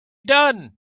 done